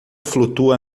flutua